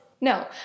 No